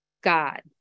God